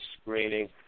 screening